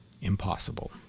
impossible